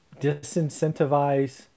disincentivize